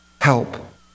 help